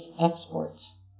exports